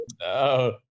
No